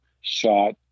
shot